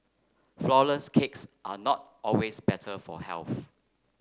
flour less cakes are not always better for health